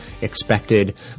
expected